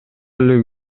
эле